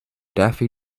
daffy